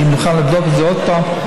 אני מוכן לבדוק את זה עוד פעם,